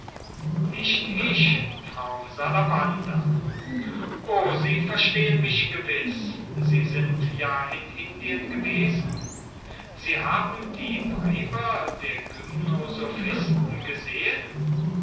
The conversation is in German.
nicht ich frau salabanda o sie verstehen mich gewiß sie sind ja in indien gewesen sie haben die weiber der gymnosophisten gesehen